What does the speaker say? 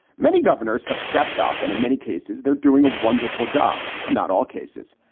many governors have stepped up and in many cases they're doing a wonderful job. but not all cases.